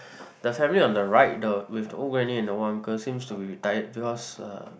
the family on the right the with the old granny and the old uncle seems to be retired because uh